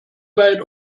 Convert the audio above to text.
weit